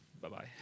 bye-bye